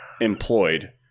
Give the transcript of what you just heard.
employed